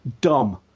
dumb